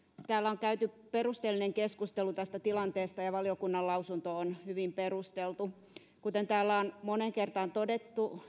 täällä on käyty perusteellinen keskustelu tästä tilanteesta ja valiokunnan lausunto on hyvin perusteltu kuten täällä on moneen kertaan todettu